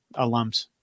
alums